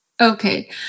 Okay